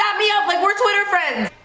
um yeah like words with her friend